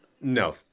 No